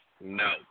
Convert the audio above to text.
no